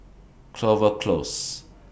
Clover Close